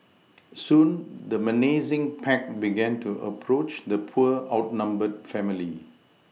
soon the menacing pack began to approach the poor outnumbered family